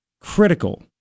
Critical